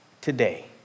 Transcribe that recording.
today